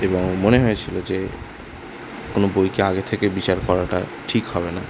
এবং মনে হয়েছিলো যে কোনো বইকে আগে থেকে বিচার করাটা ঠিক হবে না